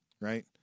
right